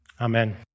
Amen